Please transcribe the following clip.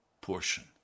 portion